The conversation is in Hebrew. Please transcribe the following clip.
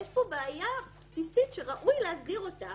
יש פה בעיה בסיסית שראוי להסדיר אותה,